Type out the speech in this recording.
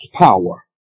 power